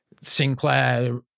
Sinclair